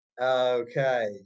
okay